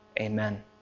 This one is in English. amen